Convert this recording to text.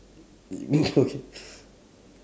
okay